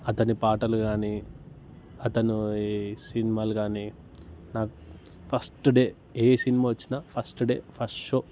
అతని పాటలు కానీ అతని సినిమాలు కానీ నాక్ ఫస్ట్ డే ఏ సినిమా వచ్చినా ఫస్ట్ డే ఫిస్ట్ షో